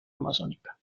amazónica